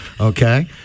Okay